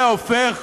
זה הופך